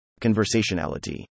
Conversationality